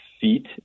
feet